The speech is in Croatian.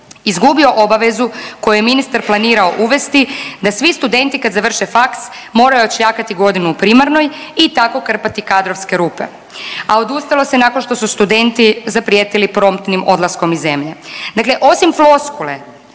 izgubio obavezu koju je ministar planirao uvesti da svi studenti kad završe faks moraju odšljakati godinu u primarnoj i tako krpati kadrovske rupe, a odustalo se nakon što su studenti zaprijetili promptnim odlaskom iz zemlje.